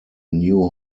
new